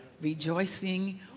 rejoicing